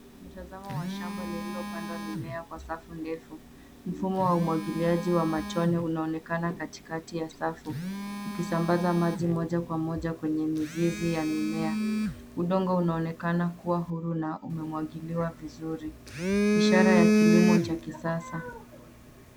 Mtazamo wa shamba lililopandwa mimea kwa safu ndefu. Mfumo wa umwagiliaji wa matone unaonekana katikati ya safu, ukisambaza maji moja kwa moja kwenye mizizi ya mimea. Udongo unaonekana kuwa huru na umemwagiliwa vizuri. Ishara ya kilimo cha kisasa.